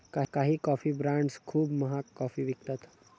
काही coffee brands खूप महाग कॉफी विकतात